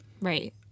Right